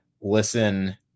listen